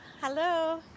hello